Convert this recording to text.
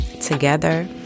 together